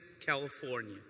California